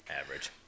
Average